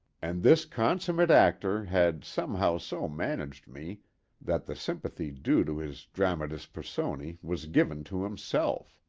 and this consummate actor had somehow so managed me that the sympathy due to his dramatis persone was given to himself.